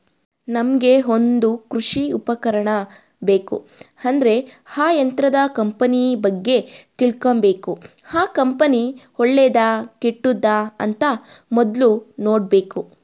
ನಮ್ಗೆ ಒಂದ್ ಕೃಷಿ ಉಪಕರಣ ಬೇಕು ಅಂದ್ರೆ ಆ ಯಂತ್ರದ ಕಂಪನಿ ಬಗ್ಗೆ ತಿಳ್ಕಬೇಕು ಆ ಕಂಪನಿ ಒಳ್ಳೆದಾ ಕೆಟ್ಟುದ ಅಂತ ಮೊದ್ಲು ನೋಡ್ಬೇಕು